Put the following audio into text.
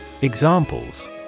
Examples